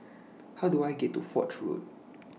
How Do I get to Foch Road